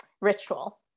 ritual